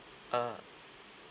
ah